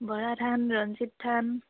বৰা ধান ৰঞ্জিত ধান